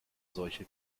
solche